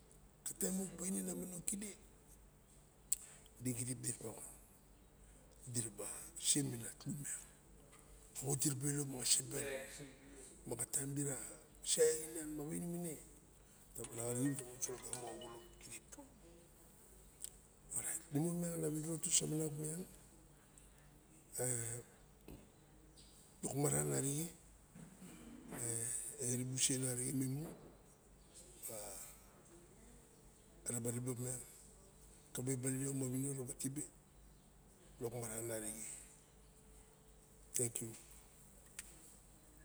A time time auk pame na manong kide dexirip diraba wan diraba semelak kurumiang wos diraba ilo ma ngas iben ma xa taim dira se inan ma wane dibuk malamun solagamo xa xoxolot tide orait inemon miang ana winiroto sa iot kurumiang lok maran arixe me erubu xusen arixem imei moxa erab ribe opiang kave lawing id ma winiro rawa tibe lok maran arixe tenkiu.